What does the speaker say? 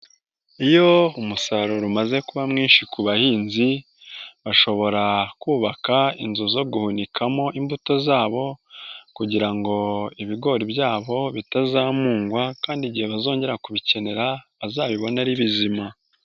Iyo umusaruro umaze kuba mwinshi ku bahinzi bashobora kubaka inzu zo guhunikamo imbuto zabo kugira ngo ibigori byabo bitazamugwa kandi igihe bazongera kubikenera bazabibone ari bizima.